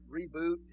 reboot